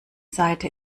seite